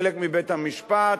חלק מבית-המשפט,